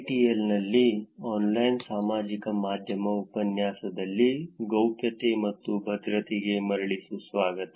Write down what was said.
NPTEL ನಲ್ಲಿ online ಸಾಮಾಜಿಕ ಮಾಧ್ಯಮ ಉಪನ್ಯಾಸದಲ್ಲಿ ಗೌಪ್ಯತೆ ಮತ್ತು ಭದ್ರತೆಗೆ ಮರಳಿ ಸುಸ್ವಾಗತ